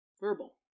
verbal